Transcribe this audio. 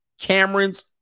Cameron's